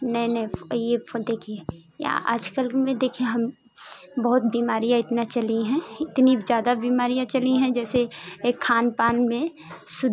नये नये ये देखिए या आज कल में देखें हम बहुत बीमारियाँ इतना चली हैं इतनी ज़्यादा बीमारियाँ चली हैं जैसे ये खान पान में शुद्ध